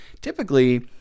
typically